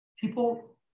People